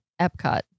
Epcot